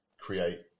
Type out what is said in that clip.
create